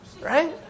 Right